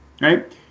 right